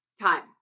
time